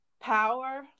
power